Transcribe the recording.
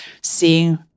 seeing